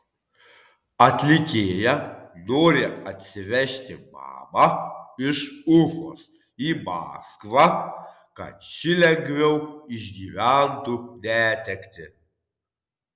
atlikėja nori atsivežti mamą iš ufos į maskvą kad ši lengviau išgyventų netektį